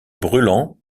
brûlant